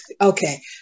Okay